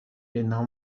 اینها